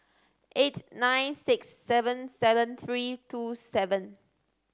eight nine six seven seven three two seven